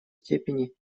степени